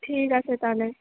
ঠিক আছে তাহলে